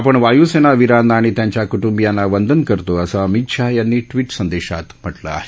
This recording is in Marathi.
आपण वायूसेना वीरांना आणि त्यांच्या कुटुंबियांना वंदन करतो असं अमित शहा यांनी ट्विट संदेशात म्हटलं आहे